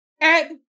Ed